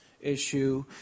issue